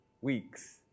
weeks